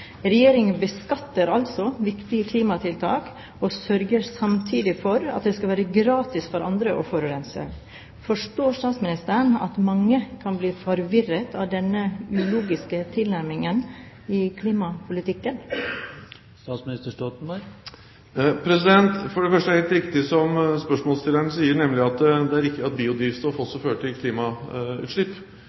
Regjeringen beskatter altså viktige klimatiltak og sørger samtidig for at det skal være gratis for andre å forurense. Forstår statsministeren at mange kan bli forvirret av denne ulogiske tilnærmingen i klimapolitikken? For det første er det helt riktig som spørsmålsstilleren sier, nemlig at biodrivstoff også fører til klimautslipp. Det vi håper, er at det fører til litt mindre klimautslipp